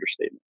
understatement